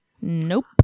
Nope